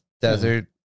desert